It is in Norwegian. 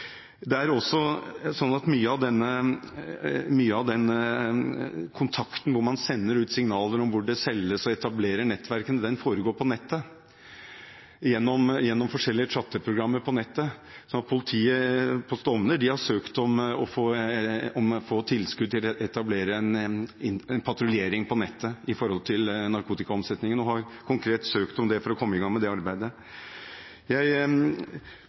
Mye av den kontakten hvor man sender ut signaler om hvor det selges, og etablerer nettverkene, foregår gjennom forskjellige chatteprogrammer på nettet. Politiet på Stovner har søkt om å få tilskudd til å etablere en patruljering på nettet når det gjelder narkotikaomsetningen, for å komme i gang med det arbeidet. Jeg